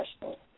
question